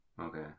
Okay